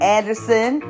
Anderson